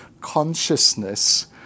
consciousness